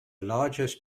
largest